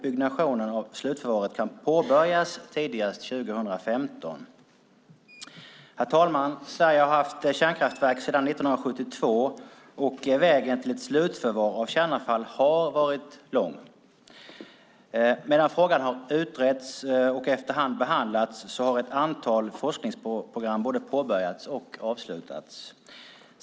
Byggnationen av slutförvaret kan påbörjas tidigast 2015. Herr talman! Sverige har haft kärnkraftverk sedan 1972. Vägen till ett slutförvar av kärnavfall har varit lång. Medan frågan har utretts och efter hand behandlats har ett antal forskningsprogram både påbörjats och avslutats.